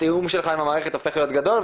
התיאום שלך עם המערכת הופך להיות גדול.